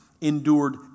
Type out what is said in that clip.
endured